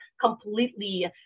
completely